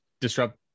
disrupt